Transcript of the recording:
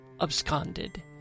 absconded